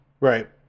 Right